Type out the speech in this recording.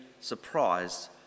surprised